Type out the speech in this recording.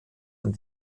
und